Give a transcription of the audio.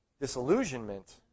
Disillusionment